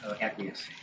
acquiesce